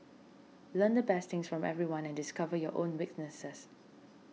learn the best things from everyone and discover your own weaknesses